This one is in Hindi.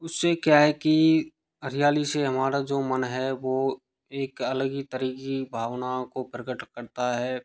उससे क्या है की हरियाली से हमारा जो मन है वह एक अलग ही तरह की भावनाओं को प्रकट करता है